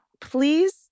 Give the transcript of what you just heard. Please